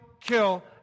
kill